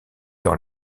dans